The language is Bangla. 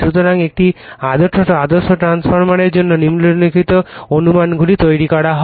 সুতরাং একটি আদর্শ ট্রান্সফরমারের জন্য নিম্নলিখিত অনুমানগুলি তৈরি করা হয়